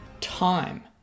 time